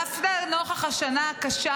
דווקא נוכח השנה הקשה,